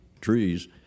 trees